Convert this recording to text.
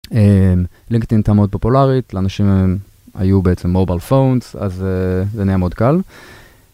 לינקדאין תמות פופלארית, לאנשים היו בעצם Mobile Phones אז זה נהיה מאוד קל.